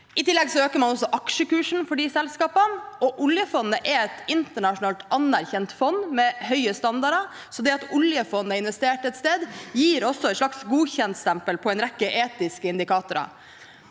I tillegg øker man også aksjekursen for de selskapene. Oljefondet er et internasjonalt anerkjent fond med høye standarder, så det at oljefondet har investert et sted, gir også et slags godkjentstempel på en rekke etiske indikatorer.